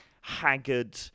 haggard